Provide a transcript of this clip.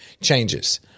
changes